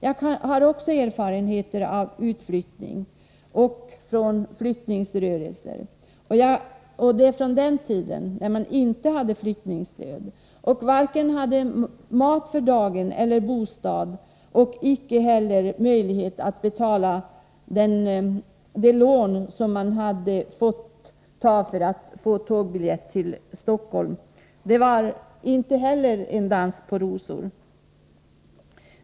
Jag har också erfarenheter av utflyttning och flyttningsrörelser, och det är från den tiden då man inte hade flyttningsstöd, inte hade mat för dagen eller bostad och icke heller möjlighet att betala det lån man måste ta för att köpa tågbiljett till Stockholm. Det var inte heller en dans på rosor.